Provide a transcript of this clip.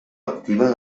activa